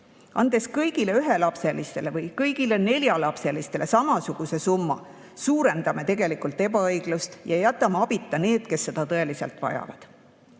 Andes kõigile ühelapselistele või kõigile neljalapselistele samasuguse summa, suurendame tegelikult ebaõiglust ja jätame abita need, kes seda tõeliselt vajavad.